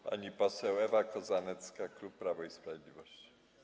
Pani poseł Ewa Kozanecka, klub Prawo i Sprawiedliwość.